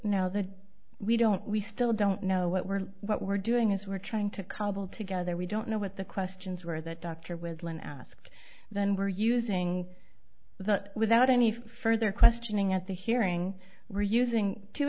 now that we don't we still don't know what we're what we're doing is we're trying to cobble together we don't know what the questions were that dr with len ask then we're using that without any further questioning at the hearing we're using to